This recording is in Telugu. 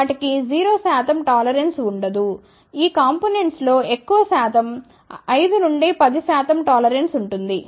వాటికి 0 శాతం టాలరెన్స్ ఉండదు ఈ కాంపోనెంట్స్ లో ఎక్కువ శాతం 5 నుండి 10 శాతం టాలరెన్స్ ఉంటుంది